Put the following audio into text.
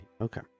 Okay